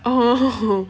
oh